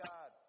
God